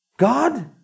God